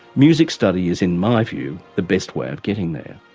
music study is in my view, the best way of getting there.